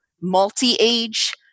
multi-age